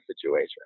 situation